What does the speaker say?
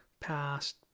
Past